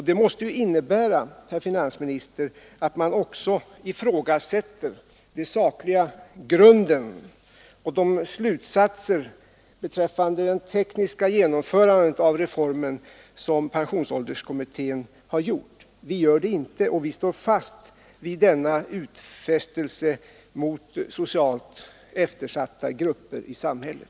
Det måste innebära, herr finansminister, att man också ifrågasätter den sakliga grunden och de slutsatser beträffande det tekniska genomförandet av reformen som pensionsålderskommittén har dragit. Vi gör det inte, och vi står fast vid denna utfästelse till socialt eftersatta grupper i samhället.